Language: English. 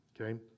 okay